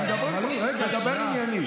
תדבר ענייני.